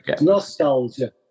nostalgia